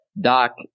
Doc